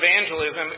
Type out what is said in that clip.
evangelism